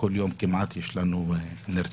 כל יום כמעט יש לנו נרצח.